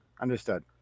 understood